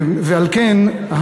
ועל כן,